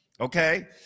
Okay